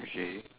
okay